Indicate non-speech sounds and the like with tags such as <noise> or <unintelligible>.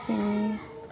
<unintelligible>